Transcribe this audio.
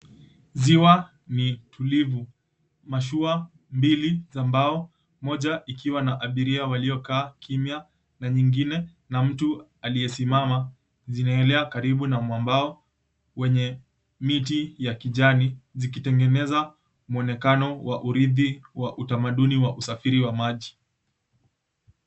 Ziwa ni tulivu, mashua mbili za mbao, moja ikiwa na abiria waliokaa kimya na nyingine na mtu aliyesimama, zinaelea karibu na mwambao wenye miti ya kijani, zikitengeneza mwonekano wa uridhi wa utamaduni wa usafiri wa maji.